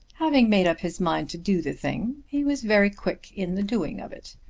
having made up his mind to do the thing he was very quick in the doing of it.